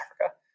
Africa